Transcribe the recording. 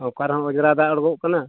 ᱚᱠᱟ ᱨᱮᱦᱚᱸ ᱚᱡᱽᱨᱟ ᱫᱟᱜ ᱚᱫᱚᱠᱚᱜ ᱠᱟᱱᱟ